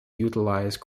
utilize